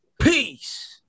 Peace